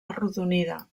arrodonida